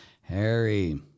Harry